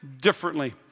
differently